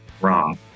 wrong